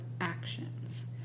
actions